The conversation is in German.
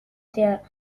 der